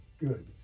good